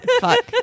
Fuck